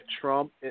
Trump